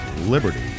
liberty